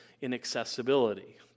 inaccessibility